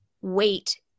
wait